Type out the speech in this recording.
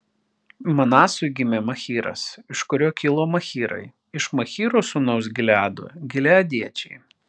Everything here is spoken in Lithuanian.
manasui gimė machyras iš kurio kilo machyrai iš machyro sūnaus gileado gileadiečiai